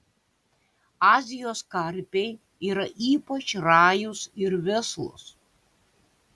azijos karpiai yra ypač rajūs ir vislūs